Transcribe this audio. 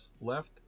left